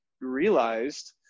realized